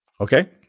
Okay